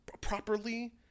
properly